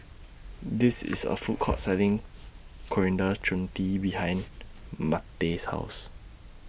This IS A Food Court Selling Coriander Chutney behind Mattye's House